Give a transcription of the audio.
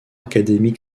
academic